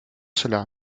cela